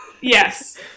Yes